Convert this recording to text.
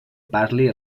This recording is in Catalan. parli